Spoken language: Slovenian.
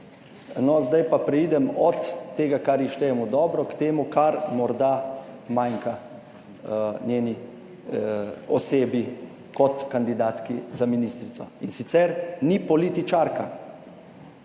No, zdaj pa preidem od tega, kar ji štejemo dobro, k temu, kar morda manjka njeni osebi kot kandidatki za ministrico, in sicer ni političarka.